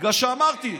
בגלל שאמרתי,